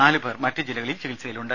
നാലുപേർ മറ്റു ജില്ലകളിൽ ചികിത്സയിലുണ്ട്